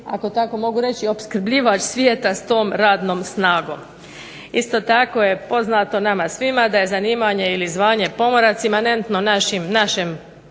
ako tako mogu reći, opskrbljivač svijeta s tom radnom snagom. Isto tako je poznato nama svima da je zanimanje ili zvanje pomorac imanentno našem